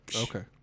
Okay